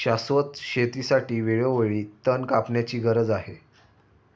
शाश्वत शेतीसाठी वेळोवेळी तण कापण्याची गरज आहे